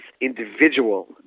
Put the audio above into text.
individual